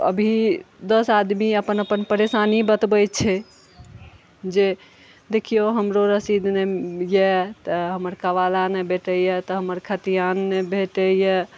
अभी दस आदमी अपन अपन परेशानी बतबै छै जे देखियौ हमरो रसीद नहि अछि तऽ हमर कबाला नहि भेटैया तऽ हमर खतियान नहि भेटैया